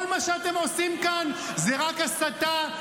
כל מה שאתם עושים כאן הוא רק הסתה,